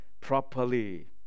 properly